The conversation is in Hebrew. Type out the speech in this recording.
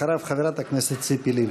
אחריו, חברת הכנסת ציפי לבני.